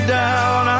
down